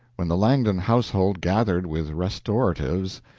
when the langdon household gathered with restoratives,